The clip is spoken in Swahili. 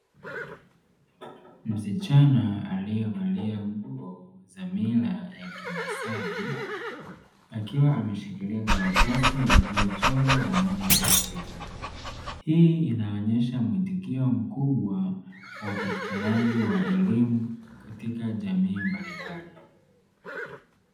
Msichana aliyevelia nguo za mila ya kiMaasai akiwa ameshikilia karatasi iliyochorwa ramani ya Afrika. Hii inaonyesha mwitikio mkubwa wa upatikanaji wa elimu katika jamii mbalimbali.